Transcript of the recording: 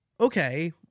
okay